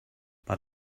but